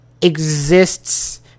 exists